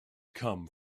come